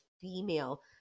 female